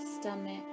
stomach